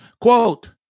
Quote